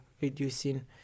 reducing